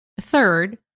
Third